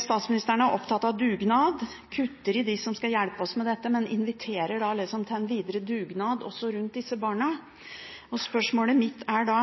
Statsministeren er opptatt av dugnad, men kutter for dem som skal hjelpe oss med dette, og inviterer liksom til en videre dugnad også rundt disse barna. Spørsmålet mitt er da: